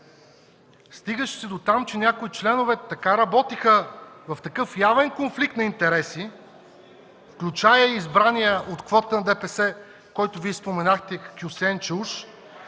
Стигаше се до там, че някои членове така работеха, в такъв явен конфликт на интереси, включая избраният от квотата на ДПС, когото Вие споменахте – Хюсеин Чауш,